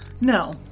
no